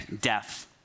death